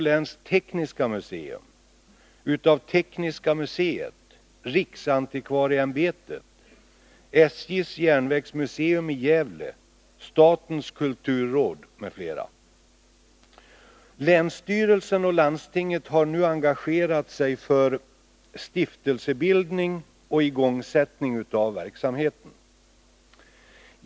Länsstyrelsen och landstinget har nu engagerat sig för stiftelsebildning och igångsättning av verksamheten.